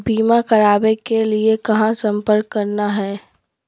बीमा करावे के लिए कहा संपर्क करना है?